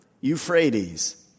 Euphrates